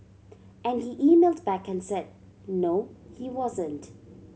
and he emailed back and said no he wasn't